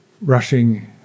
rushing